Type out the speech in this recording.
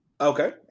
Okay